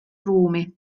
ruumi